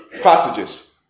passages